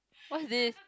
what's this